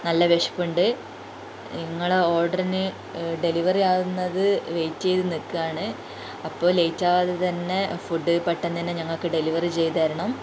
നല്ല വിശപ്പുണ്ട് നിങ്ങൾ ഓർഡറിന് ഡെലിവറി ആകുന്നത് വെയിറ്റ് ചെയ്തു നിക്കാണ് അപ്പോൾ ലെയ്റ്റ് ആകാതെ തന്നെ ഫുഡ് പെട്ടെന്ന് തന്നെ ഞങ്ങൾക്ക് ഡെലിവറി ചെയ്ത് തരണം